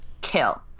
Kill